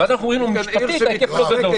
ואז אנחנו אומרים לו משפטית שההיקף לא גדול.